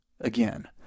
again